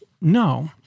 no